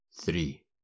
Three